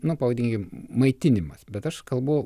nu pavadinkim maitinimas bet aš kalbu